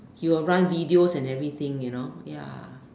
he will run videos and everything you know ya